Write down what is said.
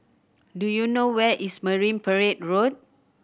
do you know where is Marine Parade Road